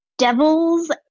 devils